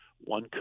one